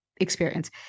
experience